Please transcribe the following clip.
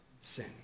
sin